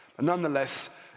Nonetheless